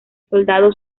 soldado